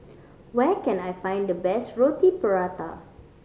where can I find the best Roti Prata